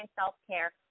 Self-Care